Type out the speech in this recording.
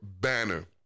banner